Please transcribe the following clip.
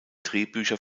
drehbücher